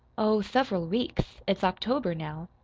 oh, several weeks. it's october now.